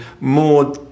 more